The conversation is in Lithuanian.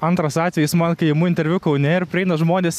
antras atvejis man kai imu interviu kaune ir praeina žmonės